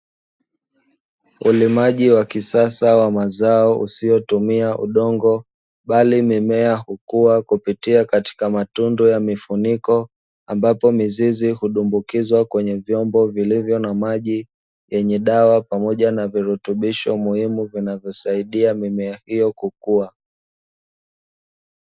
Ulimaji wa kisasa wa mazao usiotumia udongo bali mimea hukua kupitia katika matundu ya mifuniko, ambapo mizizi hudumbukizwa kwenye vyombo vilivyo na maji yenye dawa pamoja na virutubisho muhimu vinavyosaidia mimea hiyo kukua.